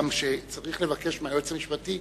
צריך לבקש מהיועץ המשפטי